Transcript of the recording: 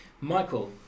Michael